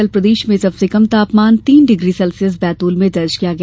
कल प्रदेश में सबसे कम तापमान तीन डिग्री सेल्सियस बैतूल में दर्ज किया गया